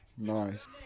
nice